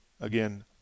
again